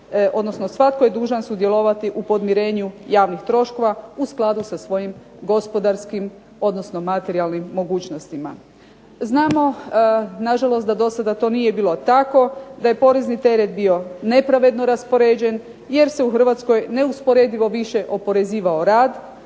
odnosno svatko je dužan sudjelovati u podmirenju javnih troškova u skladu sa svojim gospodarskim, odnosno materijalnim mogućnostima. Znamo na žalost da do sada to nije bilo tako, da je porezni teret bio nepravedno raspoređen, jer se u Hrvatskoj neusporedivo više oporezivao rad,